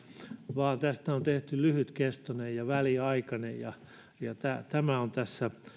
vaan tästä on tehty lyhytkestoinen ja väliaikainen tämä tämä on tässä